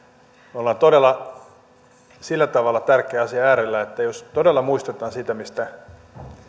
me olemme todella sillä tavalla tärkeän asian äärellä että jos todella muistetaan se mistä